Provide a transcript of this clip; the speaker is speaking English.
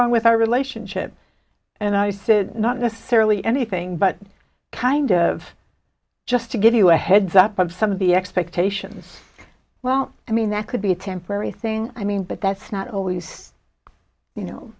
wrong with our relationship and i said not necessarily anything but kind of just to give you a heads up of some of the expectations well i mean that could be a temporary thing i mean but that's not always you know